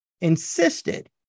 insisted